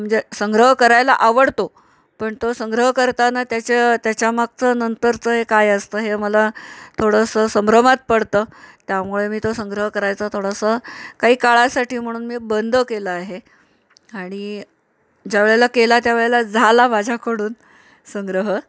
म्हणजे संग्रह करायला आवडतो पण तो संग्रह करताना त्याच्या त्याच्यामागचं नंतरचं हे काय असतं हे मला थोडंसं संभ्रमात पडतं त्यामुळे मी तो संग्रह करायचा थोडासा काही काळासाठी म्हणून मी बंद केला आहे आणि ज्यावेळेला केला त्या वेळेला झाला माझ्याकडून संग्रह